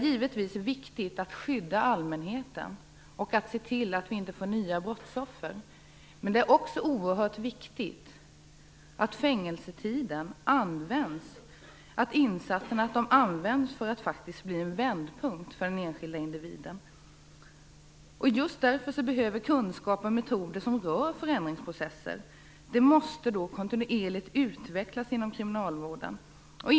Givetvis är det viktigt att skydda allmänheten och se till att vi inte får nya brottsoffer. Men det är också oerhört angeläget att insatserna under fängelsetiden används så att den faktiskt blir en vändpunkt för den enskilda individen. Just därför måste kunskaper och metoder som rör förändringsprocesser inom kriminalvården utvecklas kontinuerligt.